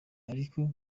ariko